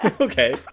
Okay